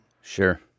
Sure